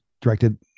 directed